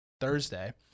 Thursday